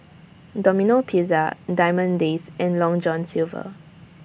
Domino Pizza Diamond Days and Long John Silver